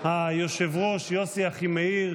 היושב-ראש יוסי אחימאיר,